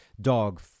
dog